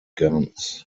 guns